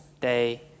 day